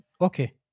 Okay